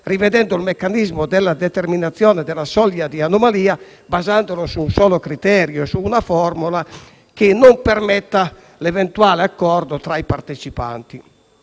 rivede il meccanismo della determinazione della soglia di anomalia, basandolo su un solo criterio e su una formula che non permetta l'eventuale accordo tra i partecipanti.